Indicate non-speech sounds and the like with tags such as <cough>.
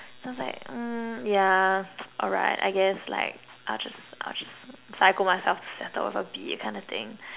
so I was like mm yeah <noise> alright I guess like I'll just I'll just psycho myself to settle with a B that kind of thing